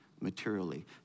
materially